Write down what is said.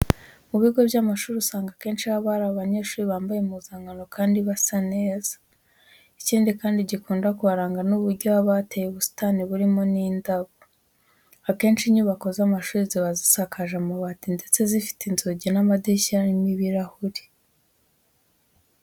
Mu bigo by'amashuri usanga akenshi haba hari abanyeshuri bambaye impuzankano kandi basa neza. Ikindi kandi gikunda kuharanga ni uburyo haba hateye ubusitani burimo n'indabo. Akenshi inyubako z'amashuri ziba zisakaje amabati ndetse zifite inzugi n'amadirishya arimo ibirahure.